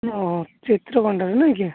ଓହୋ ଚିତ୍ରକଣ୍ଡା ରେ ନାଇକି